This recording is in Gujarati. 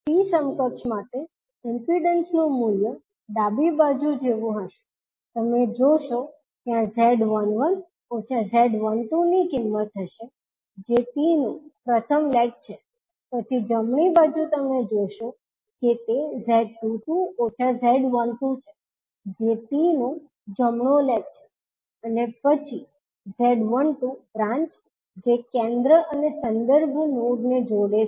T સમકક્ષ માટે ઇમ્પિડન્સનું મૂલ્ય ડાબી બાજુ જેવું હશે તમે જોશો ત્યાં Z11 ઓછા Z12 ની કિંમત હશે જે T નો પ્રથમ લેગ છે પછી જમણી બાજુ તમે જોશો કે તે Z22 ઓછા Z12 છે જે T નો જમણો લેગ છે અને પછી Z12 બ્રાન્ચ જે કેન્દ્ર અને સંદર્ભ નોડ ને જોડે છે